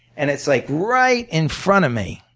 and it's like right in front of me,